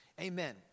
Amen